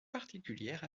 particulière